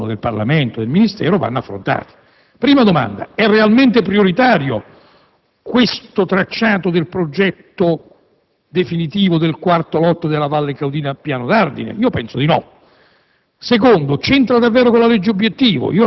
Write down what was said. che, indipendentemente dai poteri del Parlamento e del Ministero, non si può non affrontare. Prima domanda: è realmente prioritario questo tracciato del progetto definitivo del IV lotto della Valle Caudina-Pianodardine? Io penso di no!